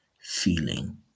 feeling